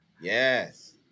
yes